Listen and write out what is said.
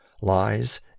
lies